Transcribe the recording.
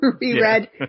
reread